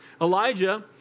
Elijah